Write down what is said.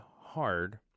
hard